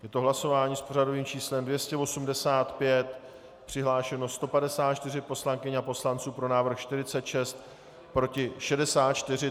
Je to hlasování s pořadovým číslem 285, přihlášeno 154 poslankyň a poslanců, pro návrh 46, proti 64.